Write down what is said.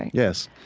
yes.